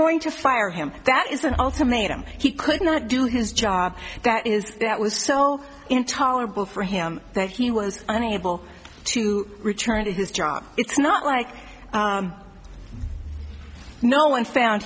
going to fire him that is an ultimatum he could not do his job that is that was so intolerable for him that he was unable to return it is his job it's not like no one found